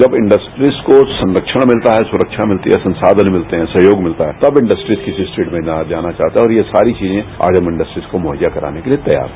जब इंस्ट्रीज को संख्य मिलता है सुरक्षा मिलती है संसाधन मिलते है सहयोग मिलता है तब इंस्ट्रीज जिस क्षेत्र में जाना चाहता है और यह सारी चीजे आगे भी इंडस्ट्रीज को मुहैया कराने के लिये तैयार है